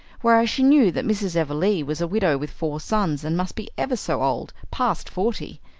whereas she knew that mrs. everleigh was a widow with four sons and must be ever so old, past forty.